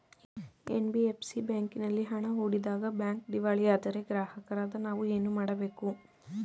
NBFC ಬ್ಯಾಂಕಿನಲ್ಲಿ ಹಣ ಹೂಡಿದಾಗ ಬ್ಯಾಂಕ್ ದಿವಾಳಿಯಾದರೆ ಗ್ರಾಹಕರಾದ ನಾವು ಏನು ಮಾಡಬೇಕು?